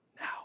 now